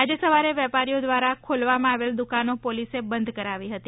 આજે સવારે વેપારીઓ દ્વારા ખોલવામાં આવેલ દુકાનો પોલીસે બંધ કરાવી હતી